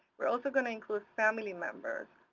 we're also going to include family members.